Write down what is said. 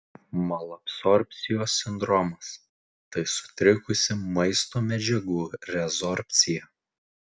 malabsorbcijos sindromas tai sutrikusi maisto medžiagų rezorbcija